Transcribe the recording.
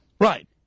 Right